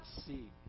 see